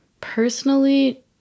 Personally